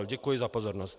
Děkuji za pozornost.